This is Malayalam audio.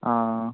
ആ